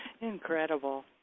Incredible